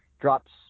drops